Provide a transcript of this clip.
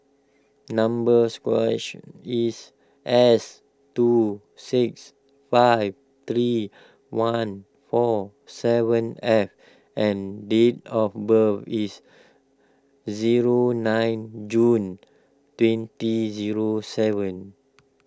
number squashy is S two six five three one four seven F and date of birth is zero nine June twenty zero seven